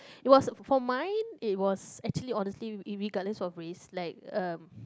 it was for mine it was actually honestly irregardless of race like uh